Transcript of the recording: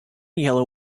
yellow